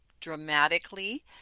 dramatically